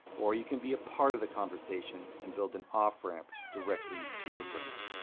or you can be a part of the conversation and build an off-ramp directly to your brand.